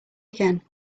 again